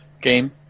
game